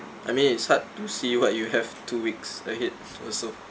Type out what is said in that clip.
I mean it's hard to see what you have two weeks ahead also